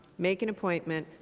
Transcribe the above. make an appointment,